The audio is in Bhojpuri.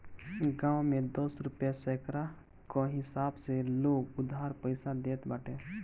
गांव में दस रुपिया सैकड़ा कअ हिसाब से लोग उधार पईसा देत बाटे